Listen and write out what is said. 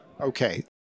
Okay